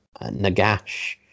Nagash